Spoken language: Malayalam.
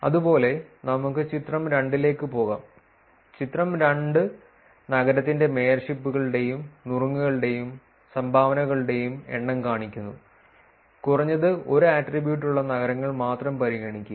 അതുപോലെ നമുക്ക് ചിത്രം 2 ലേക്ക് പോകാം ചിത്രം 2 നഗരത്തിന്റെ മേയർഷിപ്പുകളുടെയും നുറുങ്ങുകളുടെയും സംഭാവനകളുടെയും എണ്ണം കാണിക്കുന്നു കുറഞ്ഞത് ഒരു ആട്രിബ്യൂട്ട് ഉള്ള നഗരങ്ങൾ മാത്രം പരിഗണിക്കുക